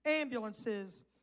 ambulances